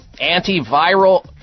Antiviral